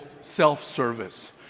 self-service